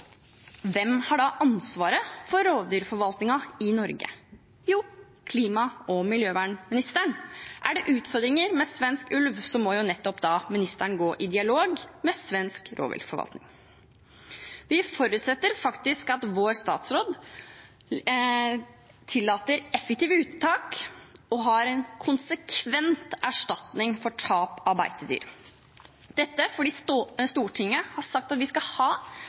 Hvem har da ansvaret for rovdyrforvaltningen i Norge? Jo, klima- og miljøministeren. Er det utfordringer med svensk ulv, må nettopp statsråden gå i dialog med svensk rovviltforvaltning. Vi forutsetter faktisk at vår statsråd tillater effektive uttak og har en konsekvent erstatning for tap av beitedyr. Dette fordi Stortinget har sagt at vi skal ha